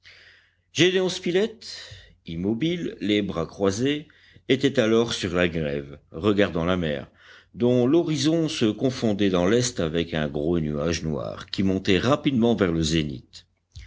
gédéon spilett immobile les bras croisés était alors sur la grève regardant la mer dont l'horizon se confondait dans l'est avec un gros nuage noir qui montait rapidement vers le zénith